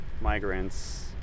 migrants